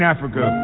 Africa